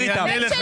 פנה למשקיעים?